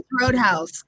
Roadhouse